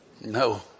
No